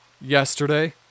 yesterday